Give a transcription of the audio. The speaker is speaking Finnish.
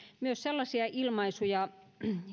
paitsi sellaisia ilmaisuja